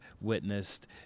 witnessed